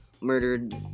murdered